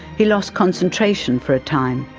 he lost concentration for a time.